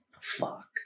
Fuck